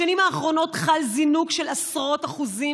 בשנים האחרונות חל זינוק של עשרות אחוזים